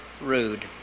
rude